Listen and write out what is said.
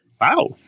Wow